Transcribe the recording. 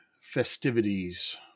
festivities